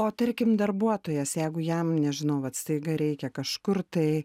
o tarkim darbuotojas jeigu jam nežinau vat staiga reikia kažkur tai